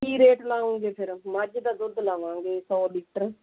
ਕੀ rate ਲਾਓਗੇ ਫਿਰ ਮੱਝ ਦਾ ਦੁੱਧ ਲਾਵਾਂਗੇ ਸੌ ਲੀਟਰ